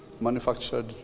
manufactured